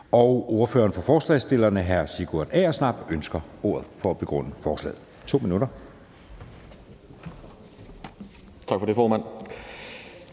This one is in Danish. Ordføreren for forslagsstillerne, hr. Sigurd Agersnap, ønsker ordet for at begrunde forslaget. Ordføreren har 2 minutter.